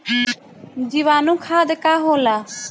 जीवाणु खाद का होला?